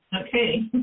Okay